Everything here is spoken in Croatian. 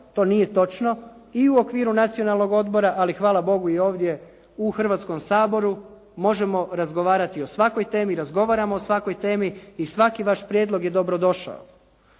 to nije točno. I u okviru Nacionalnog odbora, ali hvala bogu i ovdje u Hrvatskom saboru možemo razgovarati o svakoj temi i razgovaramo o svakoj temi i svaki vaš prijedlog je dobrodošao.